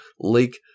Lake